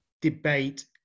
debate